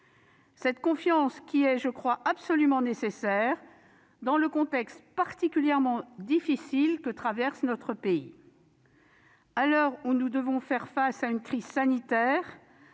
Cette confiance est, je le crois, absolument nécessaire dans le contexte particulièrement difficile que traverse notre pays. À l'heure où nous devons faire face à une crise sanitaire,